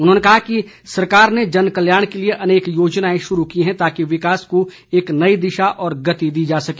उन्होंने कहा कि सरकार ने जन कल्याण के लिए अनेक योजनाएं शुरू की हैं ताकि विकास को एक नई दिशा और गति दी जा सके